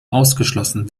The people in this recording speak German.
ausgeschlossen